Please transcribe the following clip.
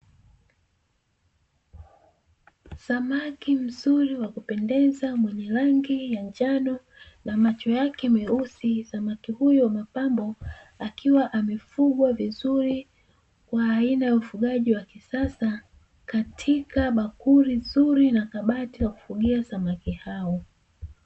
Samaki mzuri wa kupendeza mwenye rangi ya njano na macho yake meusi, samaki huyo wa mapambo akiwa amefugwa vizuri kwa aina ya ufugaji wa kisasa katika bakuli zuri la kabati la kufugia samaki hawa.